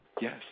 Yes